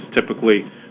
typically